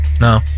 no